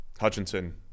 Hutchinson